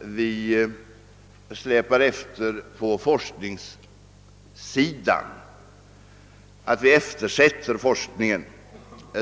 vi eftersätter forskningen inom försvaret.